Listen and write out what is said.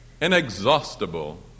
Inexhaustible